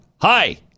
Hi